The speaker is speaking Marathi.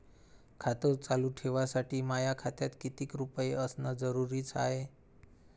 खातं चालू ठेवासाठी माया खात्यात कितीक रुपये असनं जरुरीच हाय?